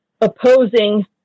opposing